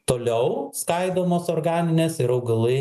toliau skaidomos organinės ir augalai